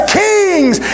kings